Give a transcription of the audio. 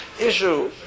issue